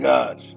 God